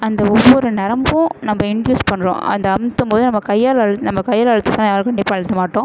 அந்த ஒவ்வொரு நரம்பும் நம்ம எண்டியூஸ் பண்ணுறோம் அதை அமுத்தும் போது நம்ம கையால் அழு நம்ம கையால் அழுத்த சொன்னால் யாருக்கும் டீப்பாக அழுத்த மாட்டோம்